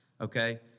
Okay